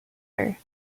her